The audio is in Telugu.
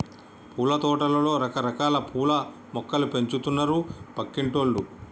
పూలతోటలో రకరకాల పూల మొక్కలు పెంచుతున్నారు పక్కింటోల్లు